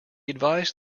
advised